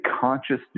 conscious